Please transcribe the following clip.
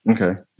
Okay